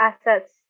assets